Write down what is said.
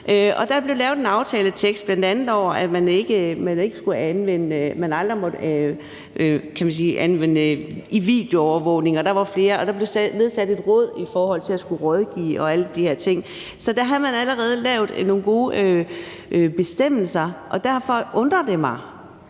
Der blev lavet en aftaletekst om, at man bl.a. aldrig måtte anvende videoovervågning, og der var andet. Der blev nedsat et råd, der skulle rådgive om alle de her ting. Så da havde man allerede lavet nogle gode bestemmelser. Derfor undrer det mig,